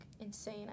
insane